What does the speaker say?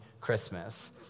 Christmas